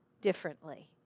differently